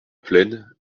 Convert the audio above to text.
plaine